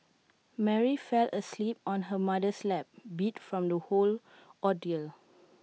Mary fell asleep on her mother's lap beat from the whole ordeal